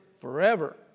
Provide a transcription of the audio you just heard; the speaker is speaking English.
forever